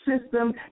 system